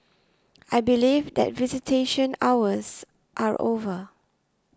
I believe that visitation hours are over